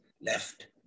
left